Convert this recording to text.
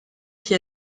qui